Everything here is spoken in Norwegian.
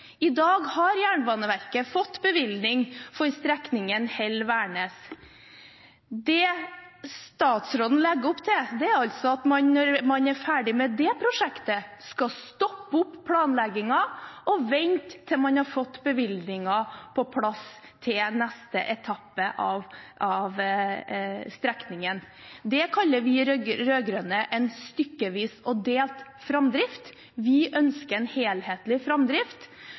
I dag har Jernbaneverket fått bevilgning for strekningen Hell–Værnes. Det statsråden legger opp til, er altså at man når man er ferdig med det prosjektet, skal stoppe opp planleggingen og vente til man har fått bevilgninger på plass til neste etappe av strekningen. Det kaller vi rød-grønne en stykkevis og delt framdrift. Vi ønsker en helhetlig framdrift,